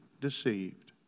deceived